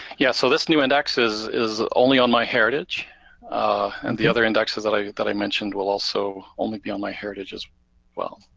yeah, so this new index is only on myheritage, and the other indexes that i that i mentioned will also only be on myheritage as well.